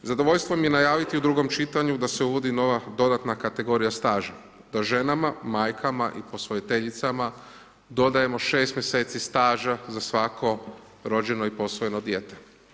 Zadovoljstvo mi je najaviti u drugom čitanju da se uvodi nova dodatna kategorija staža, da ženama, majkama i posvojiteljicama, dodajemo 6 mjeseci staža za svako rođeno i posvojeno dijete.